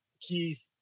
Keith